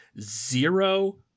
zero